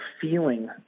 feeling